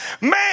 Man